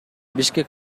бишкек